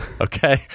Okay